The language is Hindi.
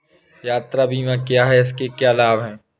यात्रा बीमा क्या है इसके क्या लाभ हैं?